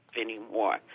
anymore